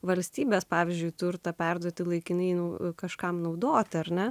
valstybės pavyzdžiui turtą perduoti laikinai nu kažkam naudoti ar ne